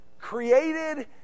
created